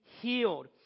healed